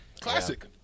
Classic